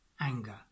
Anger